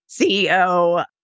CEO